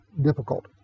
difficult